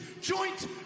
joint